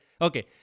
Okay